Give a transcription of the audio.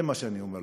זה מה שאני אומר לך.